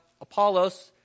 Apollos